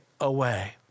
away